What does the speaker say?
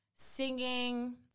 Singing